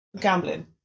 gambling